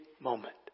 moment